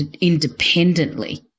independently